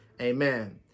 Amen